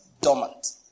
dormant